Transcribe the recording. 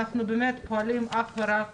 אנחנו באמת פועלים אך ורק